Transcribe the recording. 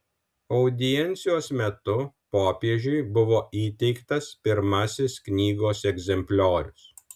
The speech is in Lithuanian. audiencijos metu popiežiui buvo įteiktas pirmasis knygos egzempliorius